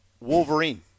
Wolverine